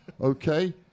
okay